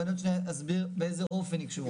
ואני עוד שניה אסביר באיזה אופן היא קשורה,